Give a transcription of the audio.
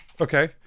Okay